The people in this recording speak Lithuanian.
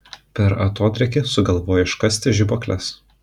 per atodrėkį sugalvojo iškasti žibuokles